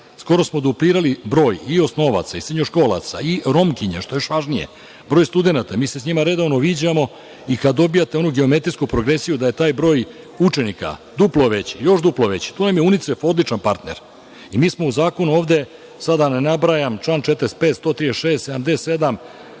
Skoro smo duplirali broj i osnovaca i srednjoškolaca i Romkinja, što je još važnije. Broj studenata, mi se s njima redovno viđamo i kada dobijete onu geometrijsku progresiju da je taj broj učenika duplo veći, još duplo veći, tu im je UNICEF odličan partner. Mi smo u zakonu, da ne nabrajam, član 45, 136, 77, 76.